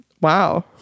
wow